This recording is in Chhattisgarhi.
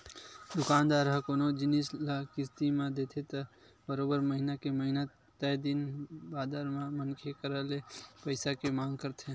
दुकानदार ह कोनो जिनिस ल किस्ती म देथे त बरोबर महिना के महिना तय दिन बादर म मनखे करा ले पइसा के मांग करथे